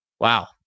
wow